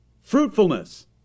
fruitfulness